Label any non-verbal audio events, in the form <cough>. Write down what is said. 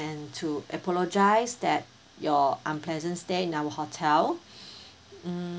and to apologise that your unpleasant stay in our hotel <breath> mm